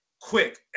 quick